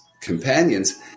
companions